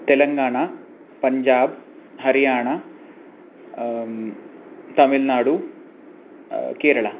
Telangana Punjab Haryana Tamil Nadu Kerala